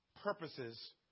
purposes